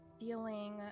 feeling